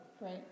right